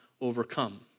overcome